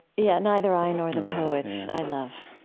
yeah, neither i nor the poets i love,